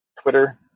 Twitter